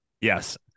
Yes